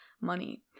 money